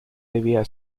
debía